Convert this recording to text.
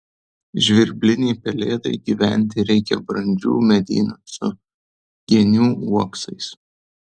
žvirblinei pelėdai gyventi reikia brandžių medynų su genių uoksais